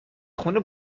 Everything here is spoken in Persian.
خونه